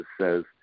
says